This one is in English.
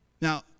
Now